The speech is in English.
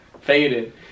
faded